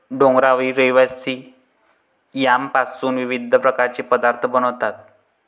डोंगरावरील रहिवासी यामपासून विविध प्रकारचे पदार्थ बनवतात